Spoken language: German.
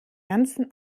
ganzen